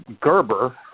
gerber